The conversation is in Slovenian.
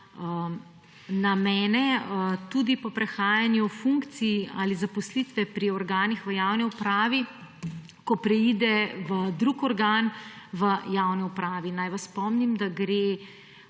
namene tudi po prenehanju funkcije ali zaposlitve pri organih v javni upravi, ko preidejo v drug organ v javni upravi? Naj vas spomnim, da gre